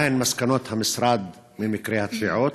1. מהן מסקנות המשרד ממקרי הטביעות?